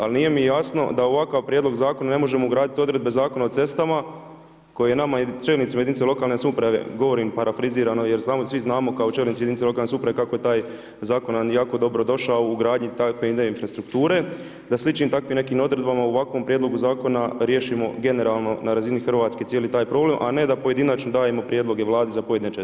Ali nije mi jasno da ovakav prijedlog zakona ne možemo ugraditi odredbe Zakona o cestama koje je nama i čelnicima jedinice lokalne samouprave govorim parafrizirano jer svi znamo kao čelnici jedinice lokalne samouprave kako je taj zakon jako dobro došao u ugradnji takve infrastrukture, da sličnim takvim nekim odredbama u ovakvom prijedlogu zakona riješimo generalno na razini Hrvatske cijeli taj problem, a ne da pojedinačno dajemo prijedloge Vladi za pojedine čestice.